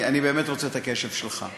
אני באמת רוצה את הקשב שלך.